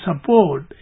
support